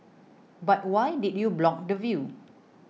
but why did you block the view